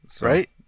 Right